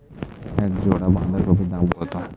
এক জোড়া বাঁধাকপির দাম কত?